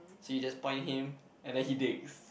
so you just point him and then he digs